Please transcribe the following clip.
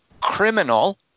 Criminal –